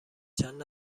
چند